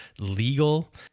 legal